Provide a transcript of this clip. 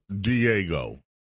Diego